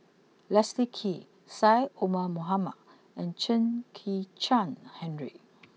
Leslie Kee Syed Omar Mohamed and Chen Kezhan Henri